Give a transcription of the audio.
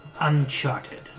Uncharted